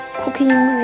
cooking